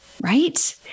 right